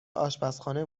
آشپزخانه